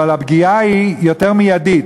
אבל הפגיעה היא מיידית.